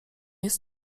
jest